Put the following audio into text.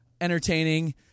entertaining